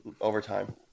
overtime